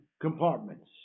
compartments